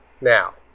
Now